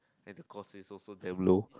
and the cost is also damn low